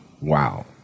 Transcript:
wow